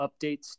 updates